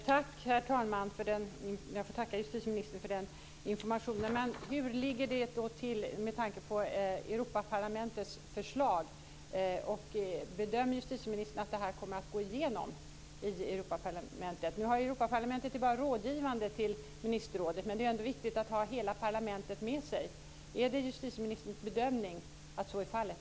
Herr talman! Jag får tacka justitieministern för den informationen. Hur ligger det då till med tanke på Europaparlamentets förslag? Bedömer justitieministern att det här kommer att gå igenom i Europaparlamentet? Nu är Europaparlamentet bara rådgivande till ministerrådet, men det är ändå viktigt att ha hela parlamentet med sig. Är det justitieministerns bedömning att så är fallet?